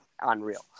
unreal